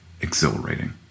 exhilarating